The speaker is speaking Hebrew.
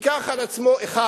ייקח על עצמו אחד,